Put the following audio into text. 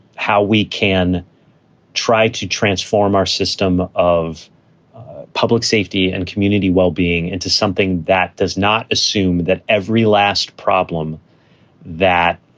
how we can try to transform our system of public safety and community wellbeing into something that does not assume that every last problem that